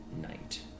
night